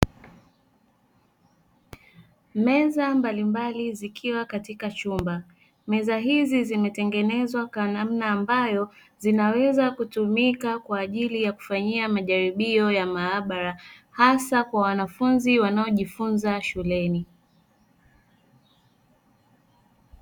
Meza mbalimbali zikiwa katika chumba, meza hizi zimetengenezwa kwa namna ambayo, zinaweza kutumika kwa ajili ya kufanyia kwa majaribio ya maabara, hasa kwa wanafunzi wanaojifunza shuleni.